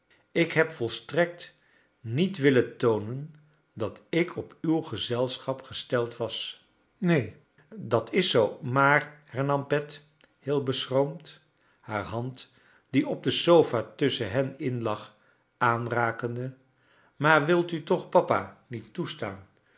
ik heb volstrekt niet willen toonen dat ik op uw gezelschap gesteld was neen dat is zoo maar hernam pet heel beschroomd haar hand die op de sofa tussclien hen in lag aanrakende maar wilt u toch papa niet toestaan